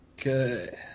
Okay